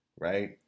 right